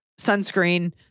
sunscreen